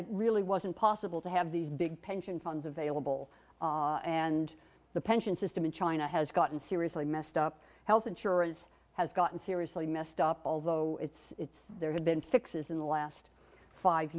it really wasn't possible to have these big pension funds available and the pension system in china has gotten seriously messed up health insurance has gotten seriously messed up although it's it's there have been fixes in the last five